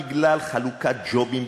בגלל חלוקת ג'ובים,